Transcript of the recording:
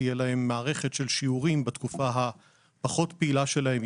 תהיה להם מערכת של שיעורים בתקופה הפחות פעילה שלהם,